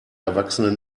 erwachsene